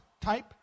type